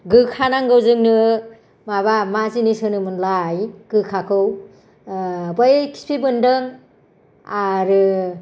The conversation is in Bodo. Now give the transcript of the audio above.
गोखा नांगौ जोंनो माबा मा जिनिस होनो मोनलाय गोखाखौ बै खिफि बेनदों आरो